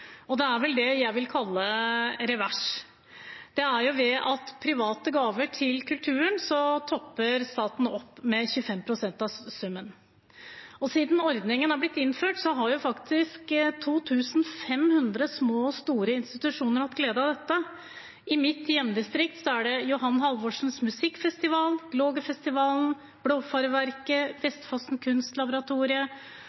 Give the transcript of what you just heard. det er det jeg vil kalle en revers. Ved private gaver til kulturen topper staten det med 25 pst. av summen. Siden ordningen ble innført, har faktisk 2 500 små og store institusjoner hatt glede av dette. I mitt hjemdistrikt er det Johan Halvorsens